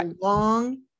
long